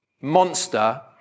monster